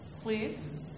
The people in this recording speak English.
Please